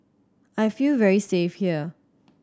I feel very safe here